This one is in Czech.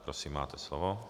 Prosím, máte slovo.